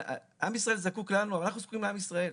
עם ישראל זקוק לנו, ואנחנו זקוקים לעם ישראל.